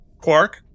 Quark